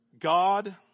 God